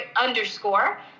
underscore